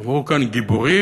אמרו כאן גיבורים.